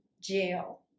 jail